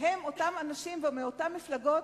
הם אותם אנשים ומאותן מפלגות.